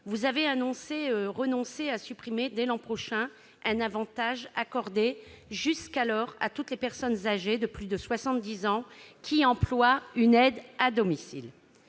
vous avez annoncé renoncer à supprimer, dès l'an prochain, un avantage accordé jusqu'alors à toutes les personnes âgées de plus de 70 ans qui emploient une aide à domicile.